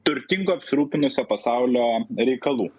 turtingo apsirūpinusio pasaulio reikalų